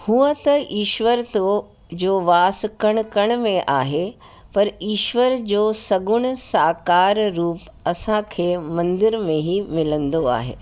हुअं त ईश्वर थो जो वास कण कण में आहे पर ईश्वर जो सगुण साकार रूप असांखे मंदर में ई मिलंदो आहे